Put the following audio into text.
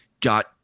got